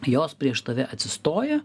jos prieš tave atsistoja